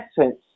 essence